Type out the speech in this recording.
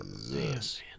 yes